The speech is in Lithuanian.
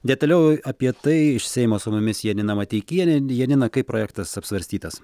detaliau apie tai iš seimo su mumis janina mateikienė janina kaip projektas apsvarstytas